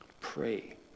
Pray